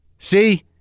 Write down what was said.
See